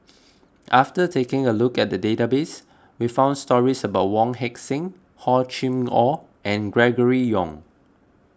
after taking a look at the database we found stories about Wong Heck Sing Hor Chim or and Gregory Yong